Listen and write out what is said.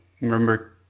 remember